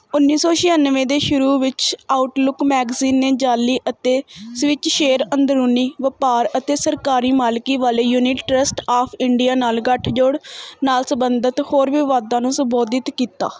ਉੱਨੀ ਸੌ ਛਿਆਨਵੇਂ ਦੇ ਸ਼ੁਰੂ ਵਿੱਚ ਆਊਟਲੁੱਕ ਮੈਗਜ਼ੀਨ ਨੇ ਜਾਅਲੀ ਅਤੇ ਸਵਿੱਚ ਸ਼ੇਅਰ ਅੰਦਰੂਨੀ ਵਪਾਰ ਅਤੇ ਸਰਕਾਰੀ ਮਾਲਕੀ ਵਾਲੇ ਯੂਨਿਟ ਟਰੱਸਟ ਆਫ ਇੰਡੀਆ ਨਾਲ ਗਠਜੋੜ ਨਾਲ ਸੰਬੰਧਿਤ ਹੋਰ ਵਿਵਾਦਾਂ ਨੂੰ ਸੰਬੋਧਿਤ ਕੀਤਾ